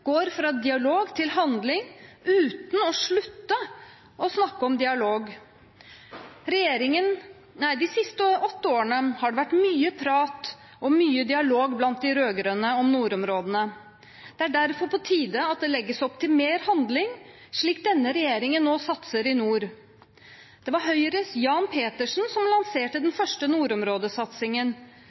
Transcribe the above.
går fra dialog til handling, uten å slutte å snakke om dialog. De siste åtte årene har det vært mye prat og mye dialog blant de rød-grønne om nordområdene. Det er derfor på tide at det legges opp til mer handling, slik denne regjeringen nå satser i nord. Det var Høyres Jan Petersen som lanserte den første nordområdesatsingen,